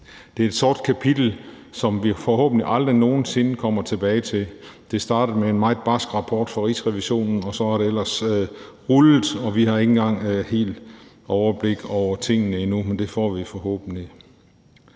Det er et sort kapitel, som vi forhåbentlig aldrig nogen sinde kommer tilbage til. Det startede med en meget barsk rapport fra Rigsrevisionen, og så er det ellers rullet, og vi har ikke engang helt overblik over tingene endnu, men det får vi forhåbentlig.